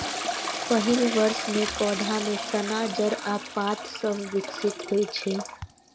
पहिल वर्ष मे पौधा मे तना, जड़ आ पात सभ विकसित होइ छै